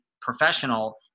professional